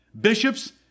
Bishops